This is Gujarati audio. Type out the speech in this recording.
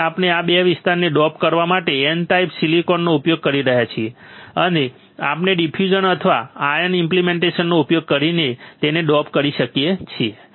તેથી આપણે આ 2 વિસ્તારને ડોપ કરવા માટે N ટાઈપ સિલિકોનનો ઉપયોગ કરી રહ્યા છીએ અને આપણે ડિફ્યુઝન અથવા આયન ઇમ્પ્લિટેશનનો ઉપયોગ કરીને તેને ડોપ કરી શકીએ છીએ